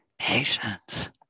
patience